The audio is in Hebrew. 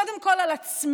קודם כול על עצמנו,